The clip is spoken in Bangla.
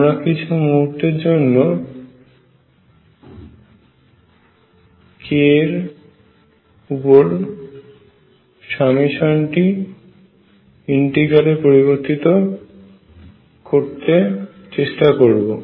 আমরা কিছু মুহূর্তের মধ্যে k এর উপর সমষ্টি টি ইন্টিগ্রাল এ পরিবর্তিত করতে পারব